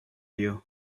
you